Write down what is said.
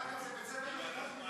אם אנחנו היינו עומדים שם ואומרים את זה.